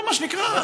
מה שנקרא,